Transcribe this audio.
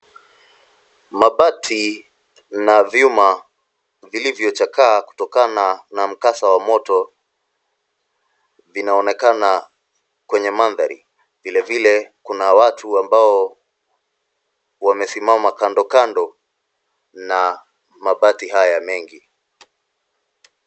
Mabati na vyuma vilivyochakaa kutokana na mkasa wa moto vinaonekana kwenye mandhari. Vili vile, kuna watu ambao wamesimama kando kando na mabati haya mengi.